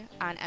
on